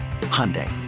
Hyundai